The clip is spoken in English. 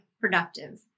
productive